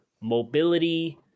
mobility